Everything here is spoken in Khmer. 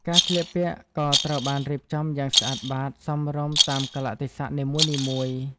ការស្លៀកពាក់ក៏ត្រូវបានរៀបចំយ៉ាងស្អាតបាតសមរម្យតាមកាលៈទេសៈនីមួយៗ។